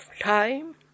time